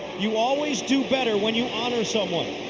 you always do better when you honor someone.